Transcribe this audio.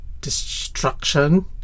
destruction